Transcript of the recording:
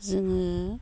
जोङो